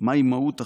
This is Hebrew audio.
מהי מהות החקיקה.